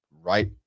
right